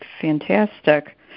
Fantastic